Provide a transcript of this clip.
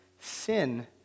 Sin